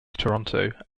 toronto